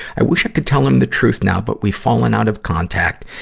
i wish i could tell him the truth now, but we've fallen out of contact,